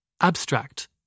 Abstract